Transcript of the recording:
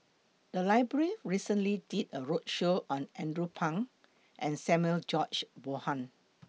The Library recently did A roadshow on Andrew Phang and Samuel George Bonham